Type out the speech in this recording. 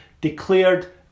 declared